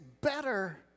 better